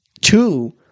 Two